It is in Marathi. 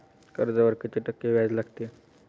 कर्जावर किती टक्के व्याज लागते?